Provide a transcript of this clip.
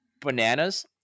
bananas